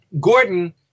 Gordon